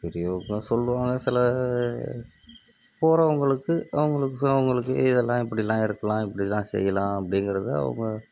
பெரியவங்க சொல்லுவாங்க சில போகிறவங்களுக்கு அவங்களுக்கு அவங்களுக்கு இதெல்லாம் இப்படிலாம் இருக்கலாம் இப்படிலாம் செய்யலாம் அப்படிங்கிறத அவங்க